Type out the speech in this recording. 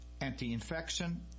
anti-infection